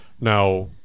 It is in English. Now